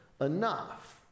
enough